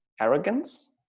arrogance